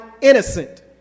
innocent